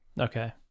Okay